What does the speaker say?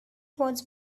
was